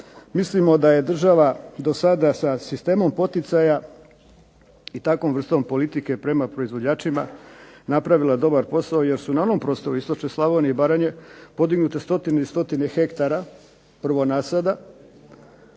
mislimo da je država do sada sa sistemom poticaja i takvom vrstom politike prema proizvođačima napravila dobar posao, jer su na onom prostoru Istočne Slavonije i Baranje podignute stotine i stotine hektara prvo nasada